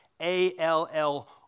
A-L-L